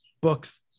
books